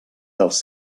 dels